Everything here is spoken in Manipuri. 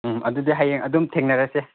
ꯎꯝ ꯑꯗꯨꯗꯤ ꯍꯌꯦꯡ ꯑꯗꯨꯝ ꯊꯦꯡꯅꯔꯁꯦ